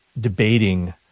debating